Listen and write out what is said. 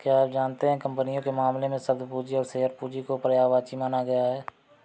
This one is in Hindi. क्या आप जानते है कंपनियों के मामले में, शब्द पूंजी और शेयर पूंजी को पर्यायवाची माना गया है?